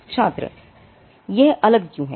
छात्र यह अलग क्यों है